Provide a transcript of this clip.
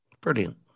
Brilliant